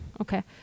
okay